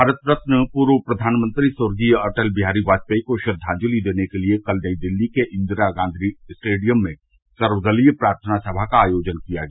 भारत रत्न पूर्व प्रघानमंत्री स्वर्गीय अटल बिहारी वाजपेयी को श्रद्वांजलि देने के लिए कल नई दिल्ली के इंदिरा गांवी स्टेडियम में सर्वदलीय प्रार्थना समा का आयोजन किया गया